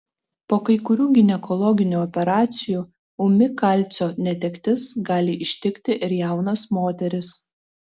po kai kurių ginekologinių operacijų ūmi kalcio netektis gali ištikti ir jaunas moteris